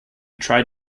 tried